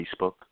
Facebook